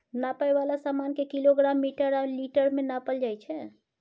नापै बला समान केँ किलोग्राम, मीटर आ लीटर मे नापल जाइ छै